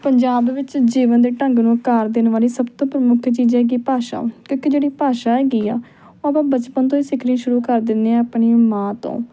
ਪੰਜਾਬ ਵਿੱਚ ਜੀਵਨ ਦੇ ਢੰਗ ਨੂੰ ਆਕਾਰ ਦੇਣ ਵਾਲੀ ਸਭ ਤੋਂ ਪ੍ਰਮੁੱਖ ਚੀਜ਼ ਹੈਗੀ ਹੈ ਭਾਸ਼ਾ ਕਿਉਂਕਿ ਜਿਹੜੀ ਭਾਸ਼ਾ ਹੈਗੀ ਆ ਉਹ ਆਪਾਂ ਬਚਪਨ ਤੋਂ ਹੀ ਸਿੱਖਨੀ ਸ਼ੁਰੂ ਕਰ ਦਿੰਦੇ ਹਾਂ ਆਪਣੀ ਮਾਂ ਤੋਂ